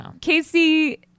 Casey